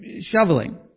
shoveling